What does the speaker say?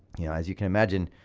yeah as you can imagine